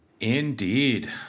Indeed